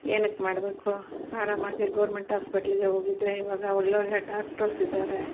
ಏನಕ್ಕೆ ಮಾಡಬೇಕು ಆರಾಮಾಗೆ ಗೋರ್ಮೆಂಟ್ ಹಾಸ್ಪಿಟ್ಲಿಗೆ ಹೋಗಿದ್ರೆ ಇವಾಗ ಒಳ್ಳೊಳ್ಳೆ ಡಾಕ್ಟರ್ಸ್ ಇದ್ದಾರೆ